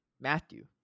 Matthew